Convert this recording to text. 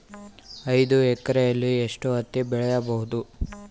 ಐದು ಎಕರೆಯಲ್ಲಿ ಎಷ್ಟು ಹತ್ತಿ ಬೆಳೆಯಬಹುದು?